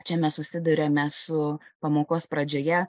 čia mes susiduriame su pamokos pradžioje